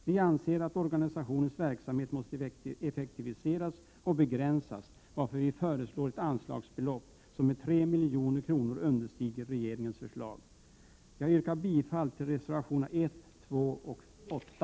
Vi anser att organisationens verksamhet måste effektiviseras och begränsas, varför vi föreslår ett anslagsbelopp som med 3 milj.kr. underskrider regeringens förslag. Jag yrkar bifall till reservationerna 1, 2 och 8.